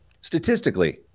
Statistically